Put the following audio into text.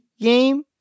game